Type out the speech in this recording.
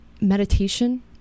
meditation